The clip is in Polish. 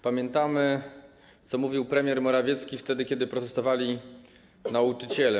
Pamiętamy, co mówił premier Morawiecki wtedy, kiedy protestowali nauczyciele.